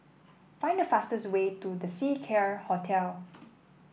find the fastest way to The Seacare Hotel